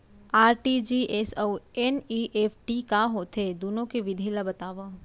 RTGS अऊ NEFT का होथे, दुनो के विधि ला बतावव